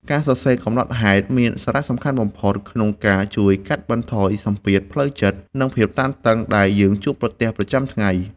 ការសរសេរកំណត់ហេតុមានសារៈសំខាន់បំផុតក្នុងការជួយកាត់បន្ថយសម្ពាធផ្លូវចិត្ត និងភាពតានតឹងដែលយើងជួបប្រទះប្រចាំថ្ងៃ។